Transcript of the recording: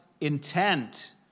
intent